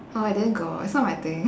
oh I didn't go it's not my thing